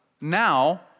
now